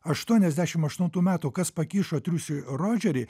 aštuoniasdešim aštuntų metų kas pakišo triušį rodžerį